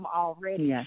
already